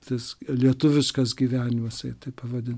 tas lietuviškas gyvenimas tai taip pavadint